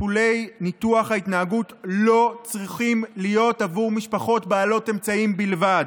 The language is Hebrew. טיפולי ניתוח ההתנהגות לא צריכים להיות עבור משפחות בעלות אמצעים בלבד.